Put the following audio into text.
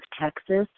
Texas